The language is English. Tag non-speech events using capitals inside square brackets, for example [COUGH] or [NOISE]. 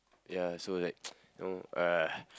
ya so like [NOISE] you know uh